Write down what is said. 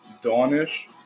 dawn-ish